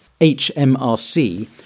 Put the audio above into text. HMRC